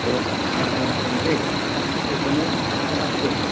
दे होमबा दोनथ'नोसो बिदिनो ओंखारलांनोसै